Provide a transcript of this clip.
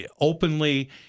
openly